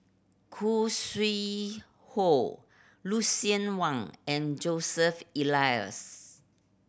Khoo Sui Hoe Lucien Wang and Joseph Elias